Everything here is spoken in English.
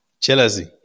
Jealousy